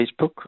Facebook